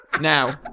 Now